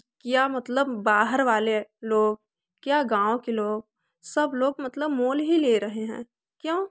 क्या मतलब बाहर वाले लोग क्या गाँव के लोग सब लोग मतलब मोल ही ले रहे हैं क्यों